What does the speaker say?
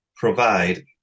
provide